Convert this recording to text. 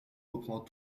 reprend